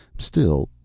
still,